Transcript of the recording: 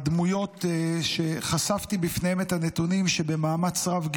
הדמויות שחשפתי בפניהם את הנתונים שגיליתי במאמץ רב,